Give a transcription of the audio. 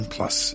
Plus